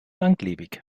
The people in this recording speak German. langlebig